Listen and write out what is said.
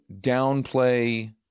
downplay